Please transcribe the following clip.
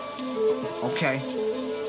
Okay